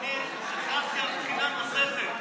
כשהייתי שר משפטים הכרזתי על בחינה נוספת,